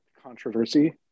controversy